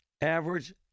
Average